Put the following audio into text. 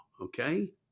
okay